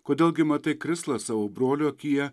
kodėl gi matai krislą savo brolio akyje